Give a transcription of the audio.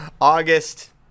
August